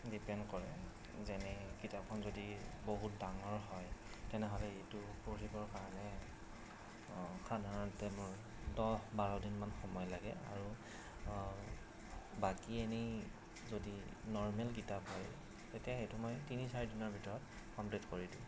depend কৰে যেনে কিতাপখন যদি বহুত ডাঙৰ হয় তেনেহ'লে এইটো পঢ়িবৰ কাৰণে সাধাৰণতে মোৰ দহ বাৰ দিনমান সময় লাগে আৰু বাকী এনেই যদি নৰ্মেল কিতাপ হয় তেতিয়া সেইটো মই তিনি চাৰি দিনৰ ভিতৰত কমপ্লিট কৰি দিওঁ